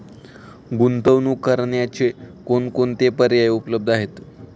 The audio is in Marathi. गुंतवणूक करण्याचे कोणकोणते पर्याय उपलब्ध आहेत?